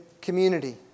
community